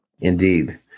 Indeed